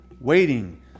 waiting